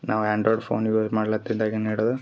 ನಾವು android phone use ಮಾಡ್ಲತ್ತಿದ್ದಾಗಿನ ಹಿಡ್ದು